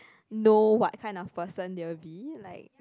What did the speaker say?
know what kind of person they will be like